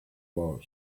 was